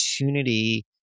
opportunity